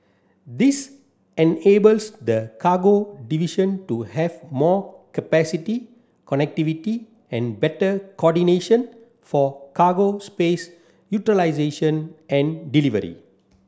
this enables the cargo division to have more capacity connectivity and better coordination for cargo space utilisation and delivery